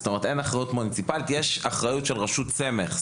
אין שם אחריות מוניציפלית אלא אחריות של רשות סמך.